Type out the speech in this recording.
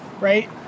Right